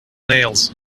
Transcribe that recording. nails